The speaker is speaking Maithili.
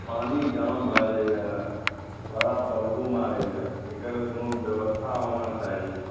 पानि जाम भऽ जाइया बड़ा बदबू मारैया एकर कोनो व्यवस्था होना चाही